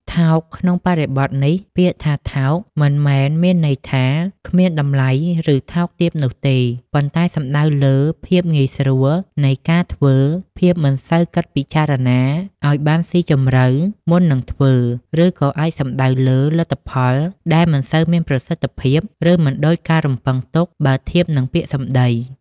ថោក ក្នុងបរិបទនេះ ពាក្យថា "ថោក" មិនមែនមានន័យថាគ្មានតម្លៃ ឬថោកទាបនោះទេ ប៉ុន្តែសំដៅលើ ភាពងាយស្រួលនៃការធ្វើ ភាពមិនសូវគិតពិចារណាឱ្យបានស៊ីជម្រៅមុននឹងធ្វើ ឬក៏អាចសំដៅលើ លទ្ធផលដែលមិនសូវមានប្រសិទ្ធភាព ឬមិនដូចការរំពឹងទុកបើធៀបនឹងពាក្យសម្ដី។